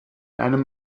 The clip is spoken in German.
einem